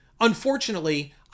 Unfortunately